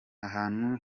ahantu